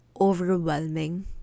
overwhelming